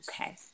Okay